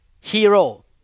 hero